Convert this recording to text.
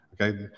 Okay